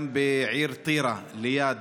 גם בעיר טירה ליד